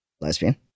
lesbian